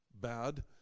bad